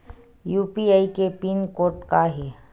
UPI के pin code का हे?